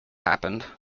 happened